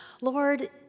Lord